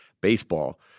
baseball